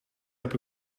heb